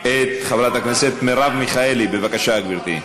את חברת הכנסת מרב מיכאלי, בבקשה, גברתי.